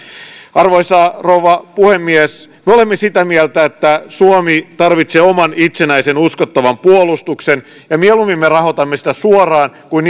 arvoisa rouva puhemies me olemme sitä mieltä että suomi tarvitsee oman itsenäisen uskottavan puolustuksen ja mieluummin me rahoitamme sitä suoraan kuin